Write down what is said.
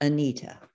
Anita